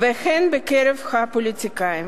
והן בקרב הפוליטיקאים.